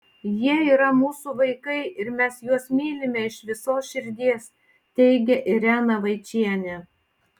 jie yra mūsų vaikai ir mes juos mylime iš visos širdies teigia irena vaičienė